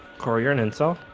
corey you're an in so